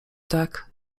tak